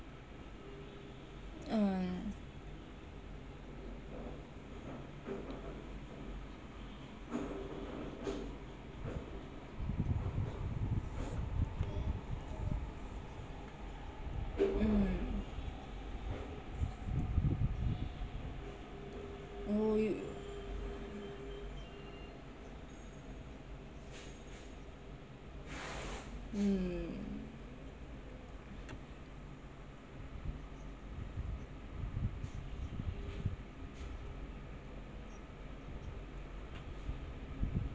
uh mm oh you mm